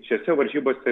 šiose varžybose